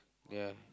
ya